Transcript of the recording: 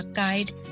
guide